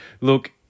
Look